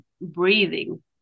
breathing